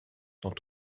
sont